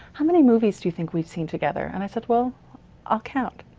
how many movies do you think we've seen together? and i said well i'll count.